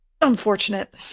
unfortunate